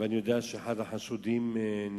ואני יודע שאחד החשודים נתפס,